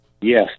Yes